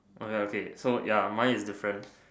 okay so ya mine is different